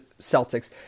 Celtics